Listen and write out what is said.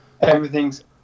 everything's